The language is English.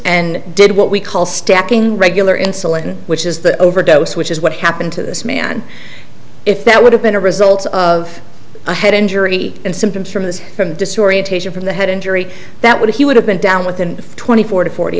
and did what we call stacking regular insulin which is the overdose which is what happened to this man if that would have been a result of a head injury and symptoms from this from disorientation from the head injury that would he would have been down within twenty four to forty